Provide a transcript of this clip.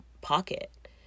pocket